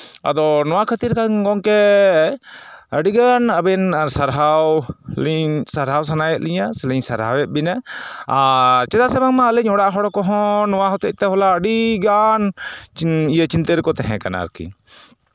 ᱟᱫᱚ ᱱᱚᱣᱟ ᱠᱷᱟᱹᱛᱤᱨ ᱫᱚ ᱜᱚᱢᱠᱮ ᱟᱹᱰᱤᱜᱟᱱ ᱟᱵᱮᱱ ᱥᱟᱨᱦᱟᱣ ᱞᱤᱧ ᱥᱟᱨᱦᱟᱣ ᱥᱟᱱᱟᱭᱮᱫ ᱞᱤᱧᱟᱹ ᱥᱮᱞᱤᱧ ᱥᱟᱨᱦᱟᱣᱮᱫ ᱵᱮᱱᱟ ᱟᱨ ᱪᱮᱫᱟᱜ ᱥᱮ ᱵᱟᱝᱢᱟ ᱟᱹᱞᱤᱧ ᱚᱲᱟᱜ ᱦᱚᱲ ᱠᱚᱦᱚᱸ ᱱᱚᱣᱟ ᱦᱚᱛᱮᱡᱛᱮ ᱟᱹᱰᱤᱜᱟᱱ ᱪᱤᱱᱛᱟᱹ ᱨᱮᱠᱚ ᱛᱟᱦᱮᱸ ᱠᱟᱱᱟ ᱟᱨᱠᱤ